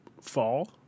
fall